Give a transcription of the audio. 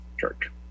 Church